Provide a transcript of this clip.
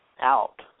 out